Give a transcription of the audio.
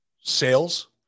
sales